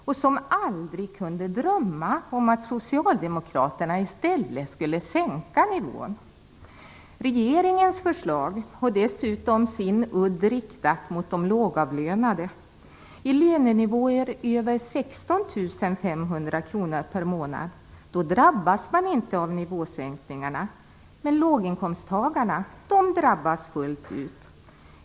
Dessa löntagare kunde aldrig drömma om att socialdemokraterna i stället skulle sänka nivån. Regeringens förslag har dessutom sin udd riktad mot de lågavlönade. Personer med lönenivåer över 16 500 kr per månad drabbas inte av nivåsänkningarna. Låginkomsttagarna drabbas däremot fullt ut.